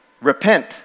Repent